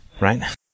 Right